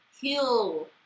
heal